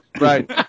right